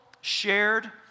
shared